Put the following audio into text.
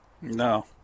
No